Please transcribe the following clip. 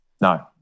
No